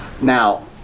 Now